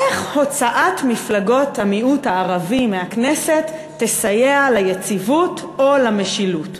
איך הוצאת מפלגות המיעוט הערבי מהכנסת תסייע ליציבות או למשילות?